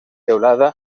teulada